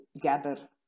gather